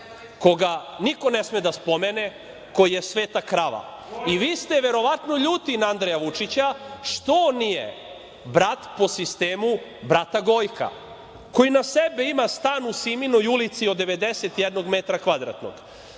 koga niko ne sme da spomene, koji je sveta krava. Vi ste verovatno ljuti na Andreja Vučića što on nije brat po sistemu brata Gojka, koji na sebe ima stan u Siminoj ulici od 91 metra kvadratnoj,